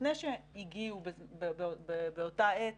לפני שהגיעו באותה עת